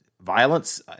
violence